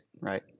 right